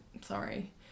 sorry